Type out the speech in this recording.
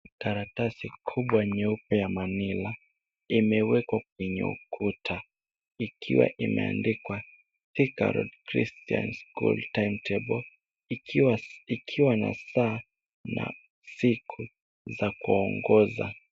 Karatasi kubwa nyeupe ya manila . Imewekwa kwenye ukuta. Ikiwa imeandikwa. Thika Road christian School timetable . Ikiwa na saa na siku za kuongoza.